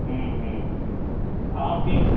हूँ हूँ अहाँ सबकेँ